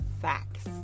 facts